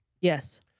Yes